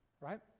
Right